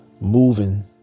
moving